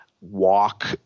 walk